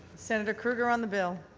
senator krueger on the bill.